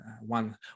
one